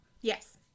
Yes